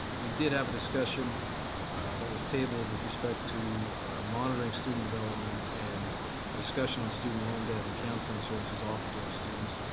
we did have a discussion that was tabled with respect to monitoring student development and a discussion on student loan debt and counseling services offered to our students.